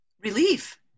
Relief